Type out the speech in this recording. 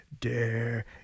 dare